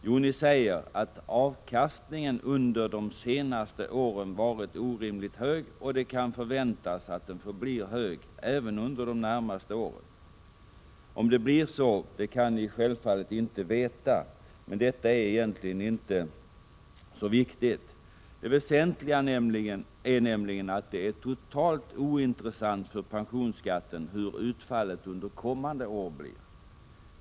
Jo, ni säger att avkastningen under de senaste åren har varit orimligt hög och att det kan förväntas att den förblir hög även under de närmaste åren. Om det blir så kan ni självfallet inte veta, men detta är egentligen inte så viktigt. Det väsentliga när det gäller pensionsskatten är nämligen att det är totalt ointressant hur utfallet under kommande år blir.